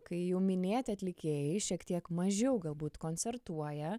kai jau minėti atlikėjai šiek tiek mažiau galbūt koncertuoja